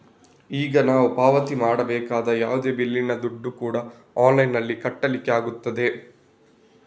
ಈಗ ನಾವು ಪಾವತಿ ಮಾಡಬೇಕಾದ ಯಾವುದೇ ಬಿಲ್ಲಿನ ದುಡ್ಡು ಕೂಡಾ ಆನ್ಲೈನಿನಲ್ಲಿ ಕಟ್ಲಿಕ್ಕಾಗ್ತದೆ